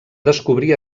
descobrir